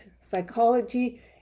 psychology